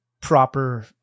proper